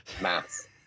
Math